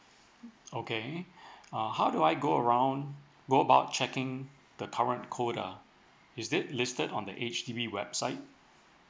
okay uh how do I go around um what about checking um the current quota is it listed on the H_D_B website